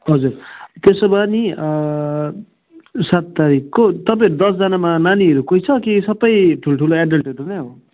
हजुर त्यसो भए नि सात तारिकको तपाईँहरू दसजनामा नानीहरू कोही छ कि सबै ठुल्ठुलो एडल्टहरू नै हो